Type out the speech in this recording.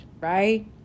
right